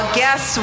guess